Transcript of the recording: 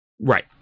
Right